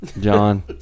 John